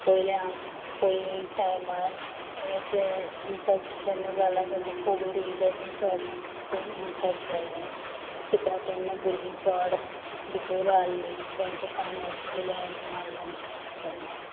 पयलें पयलीं टायमार इम्पेक्ट जेन्ना जाला तेन्ना खूब कोवीड येल तेन्ना चोडकोन इम्पेक्ट जाल्लें कित्या तेन्ना भुरगीं चोड भितोरू आहलीं तेंक कांय नेच्युरल हें नाहलें